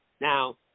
Now